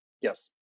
Yes